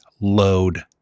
load